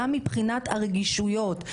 גם מבחינת הרגישויות.